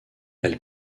elles